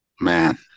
Man